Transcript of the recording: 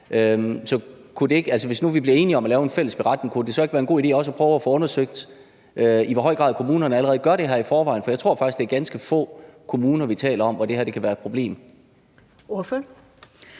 hvis nu vi blev enige om at lave en fælles beretning, kunne det så ikke være en god idé også at prøve at få undersøgt, i hvor høj grad kommunerne allerede gør det her i forvejen? For jeg tror faktisk, det er ganske få kommuner, vi taler om, hvor det her kan være et problem.